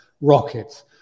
rockets